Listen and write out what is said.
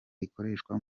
ikoreshwa